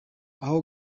aha